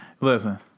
Listen